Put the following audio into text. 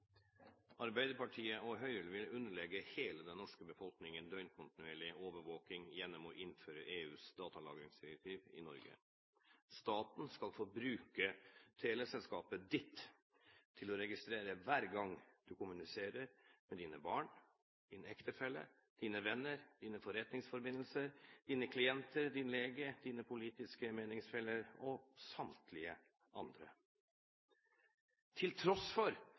Arbeiderpartiet og Høyre vil underlegge hele den norske befolkningen døgnkontinuerlig overvåking gjennom å innføre EUs datalagringsdirektiv i Norge. Staten skal få bruke teleselskapet ditt til å registrere hver gang du kommuniserer med dine barn, din ektefelle, dine venner, dine forretningsforbindelser, dine klienter, din lege, dine politiske meningsfeller og samtlige andre. Til tross for